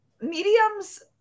mediums